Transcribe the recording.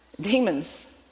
demons